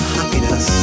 happiness